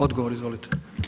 Odgovor izvolite.